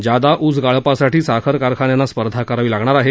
ज्यादा ऊस गाळपासाठी साखर कारखान्यांना स्पर्धा करावी लागणार आहे